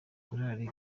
korari